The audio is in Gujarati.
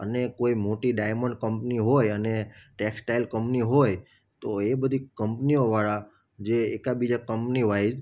અને કોઈ મોટી ડાયમંડ કંપની હોય અને ટેક્સટાઇલ કંપની હોય તો એ બધી કંપનીઓવાળા જે એકાદ બીજા કંપનીવાઇઝ